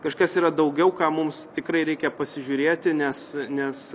kažkas yra daugiau ką mums tikrai reikia pasižiūrėti nes nes